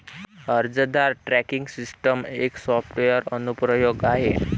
अर्जदार tracking system एक software अनुप्रयोग आहे